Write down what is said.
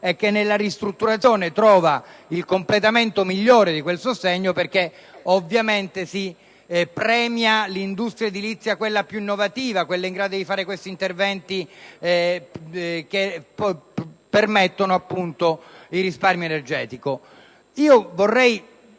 e che nella ristrutturazione trova il completamento migliore di quel sostegno, perché ovviamente si premia l'industria edilizia più innovativa, quella in grado di fare questi interventi che permettono il risparmio energetico.